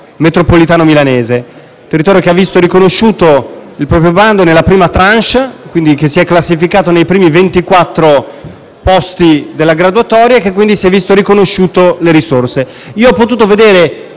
metropolitano milanese. Quel territorio ha visto riconosciuto il proprio bando nella prima *tranche*, si è classificato nei primi 24 posti della graduatoria e quindi si è viste riconosciute le risorse. Io ho potuto vedere